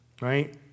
right